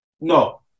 No